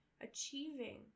achieving